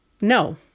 No